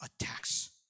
attacks